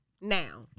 Now